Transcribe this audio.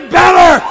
better